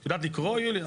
את יודעת לקרוא, יוליה?